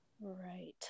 Right